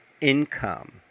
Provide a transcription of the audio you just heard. income